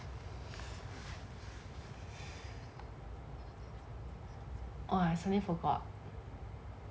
oh suddenly forgot